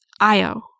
Io